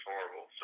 horrible